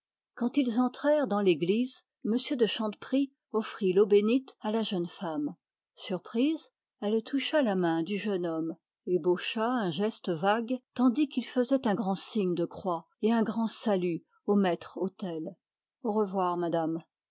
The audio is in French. quand ils entrèrent dans l'église m de chanteprie offrit l'eau bénite à la jeune femme surprise elle toucha la main du jeune homme ébaucha un geste vague tandis qu'il faisait un grand signe de croix et un grand salut au maître-autel au revoir madame